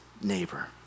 neighbor